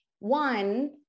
One